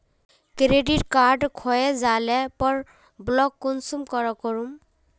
Credit card खोये जाले पर ब्लॉक कुंसम करे करूम?